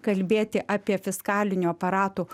kalbėti apie fiskalinio aparato